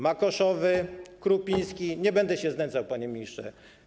Makoszowy, Krupiński, nie będę się znęcał, panie ministrze.